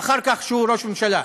ואחר כך כראש ממשלה.